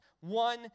one